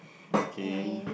okay